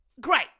Great